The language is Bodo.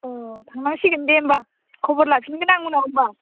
अ थांनांसिगोन दे होनबा खबर लाफिनगोन आं उनाव होनबा